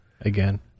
again